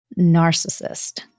Narcissist